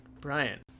Brian